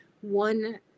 one